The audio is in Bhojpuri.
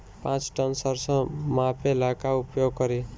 पाँच टन सरसो मापे ला का उपयोग करी?